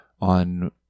on